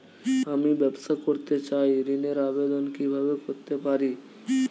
আমি ব্যবসা করতে চাই ঋণের আবেদন কিভাবে করতে পারি?